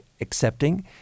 accepting